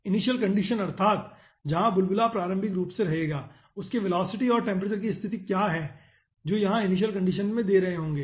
initial condition अर्थात जहां बुलबुला प्रारंभिक रूप से रहेगा उसके वेलोसिटी और टेम्परेचर की स्थिति क्या हैं जो यहां इनिशियल कंडीशंस में दे रहे होंगे